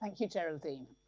thank you, geraldine.